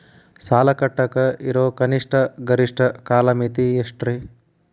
ಸಾಲ ಕಟ್ಟಾಕ ಇರೋ ಕನಿಷ್ಟ, ಗರಿಷ್ಠ ಕಾಲಮಿತಿ ಎಷ್ಟ್ರಿ?